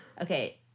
Okay